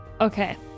Okay